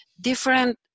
different